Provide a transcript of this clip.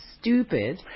stupid